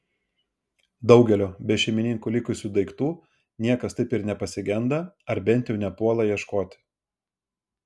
daugelio be šeimininkų likusių daiktų niekas taip ir nepasigenda ar bent jau nepuola ieškoti